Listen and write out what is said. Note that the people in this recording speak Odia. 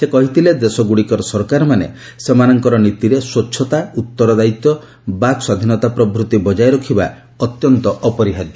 ସେ କହିଥିଲେ ଦେଶଗୁଡ଼ିକର ସରକାର ମାନେ ସେମାନଙ୍କର ନୀତିରେ ସ୍ୱଚ୍ଚତା ଉତ୍ତରଦାୟିତା ବାକ୍ ସ୍ୱାଧୀନତା ପ୍ରଭୂତି ବଜାୟ ରଖିବା ଅତ୍ୟନ୍ତ ଅପରିହାର୍ଯ୍ୟ